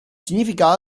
significa